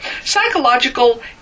psychological